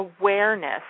awareness